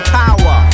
power